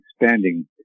expanding